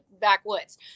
backwoods